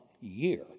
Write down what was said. year